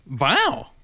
Wow